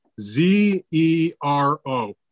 Z-E-R-O